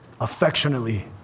affectionately